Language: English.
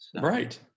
Right